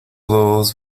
dos